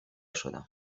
شدم